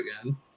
again